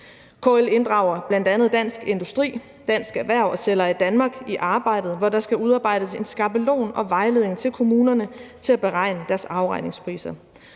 KL inddrager bl.a. Dansk Industri, Dansk Erhverv og Selveje Danmark i arbejdet, hvor der skal udarbejdes en skabelon og vejledning til kommunerne til at beregne deres afregningspriser.